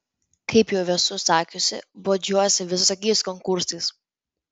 kaip jau esu sakiusi bodžiuosi visokiais konkursais